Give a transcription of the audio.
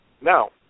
Now